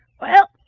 well,